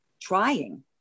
trying